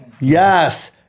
yes